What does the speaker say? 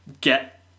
get